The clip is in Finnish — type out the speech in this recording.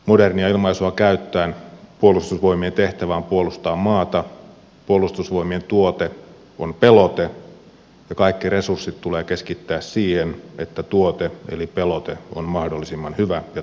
modernia ilmaisua käyttäen puolustusvoimien tehtävä on puolustaa maata puolustusvoimien tuote on pelote ja kaikki resurssit tulee keskittää siihen että tuote eli pelote on mahdollisimman hyvä ja tehokas